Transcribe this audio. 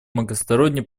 многосторонний